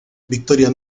victoria